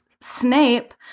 Snape